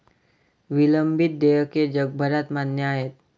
विलंबित देयके जगभरात मान्य आहेत